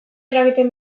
eragiten